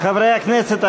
חברי הכנסת,